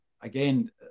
again